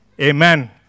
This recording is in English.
Amen